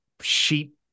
sheep